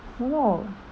!whoa!